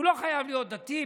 הוא לא חייב להיות דתי,